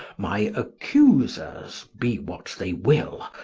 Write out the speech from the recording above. my accusers, be what they will,